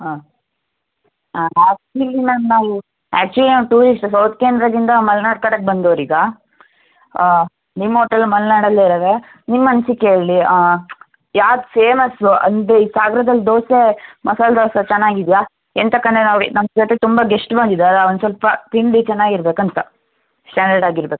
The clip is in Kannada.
ಹಾಂ ಆ್ಯಕ್ಚುವಲಿ ಮ್ಯಾಮ್ ನಾವು ಆ್ಯಕ್ಚುವಲಿ ನಾವು ಟೂರಿಸ್ಟ್ ಸೌತ್ ಕೆನ್ರಾದಿಂದ ಮಲ್ನಾಡು ಕಡೆಗೆ ಬಂದವರಿಗಾ ನಿಮ್ಮ ಹೋಟೆಲ್ ಮಲ್ನಾಡಲ್ಲೇ ಇರೋದೆ ನಿಮ್ಮ ಅನಿಸಿಕೆಯಲ್ಲಿ ಯಾವ್ದು ಫೇಮಸ್ಸು ಅಂದರೆ ಈ ಸಾಗರದಲ್ಲಿ ದೋಸೆ ಮಸಾಲೆ ದೋಸೆ ಚೆನ್ನಾಗಿದೆಯಾ ಎಂತಕಂದೆ ನಾವು ನಮ್ಮ ಜೊತೆ ತುಂಬಾ ಗೆಸ್ಟ್ ಬಂದಿದ್ದಾರಾ ಒಂದು ಸ್ವಲ್ಪ ತಿಂಡಿ ಚೆನ್ನಾಗಿರ್ಬೇಕಂತ ಸ್ಟ್ಯಾಂಡರ್ಡ್ ಆಗಿರ್ಬೇಕು